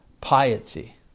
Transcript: piety